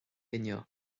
inniu